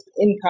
income